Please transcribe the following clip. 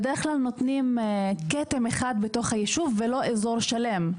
בדרך כלל נותנים כתם אחד בתוך הישוב ולא אזור שלם.